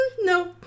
No